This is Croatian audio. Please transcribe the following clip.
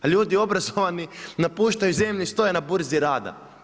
A ljudi obrazovani napuštaju zemlju i stoje na burzi rada.